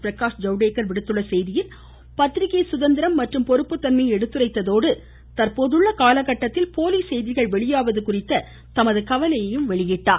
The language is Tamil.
பிரகாஷ் ஜவ்டேகர் விடுத்துள்ள செய்தியில் பத்திரிக்கை சுதந்திரம் மற்றும் பொறுப்பு தன்மையை எடுத்துரைத்ததோடு தற்போதைய காலகட்டத்தில் போலி செய்திகள் வெளியாவது குறித்த தமது கவலையையும் எடுத்துரைத்தார்